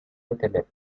internet